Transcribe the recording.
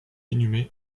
inhumé